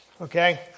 Okay